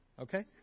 okay